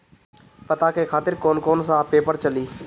पता के खातिर कौन कौन सा पेपर चली?